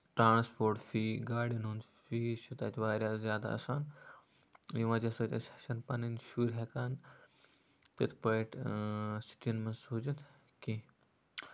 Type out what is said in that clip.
transport فی گاڈٮ۪ن ہُند فی چھُ تَتہِ واریاہ زیادٕ آسان اَمہِ وجہہ سۭتۍ چھِنہٕ أسۍ پَنٕنۍ شُرۍ ہٮ۪کان تِتھ پٲٹھۍ سِٹِیَن منٛز روٗزِتھ کیٚنہہ